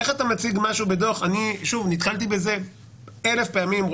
איך אתה מציג משהו בדוח, נתקלתי בזה אלף פעמים.